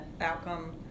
outcome